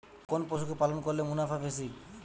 কোন পশু কে পালন করলে মুনাফা বেশি?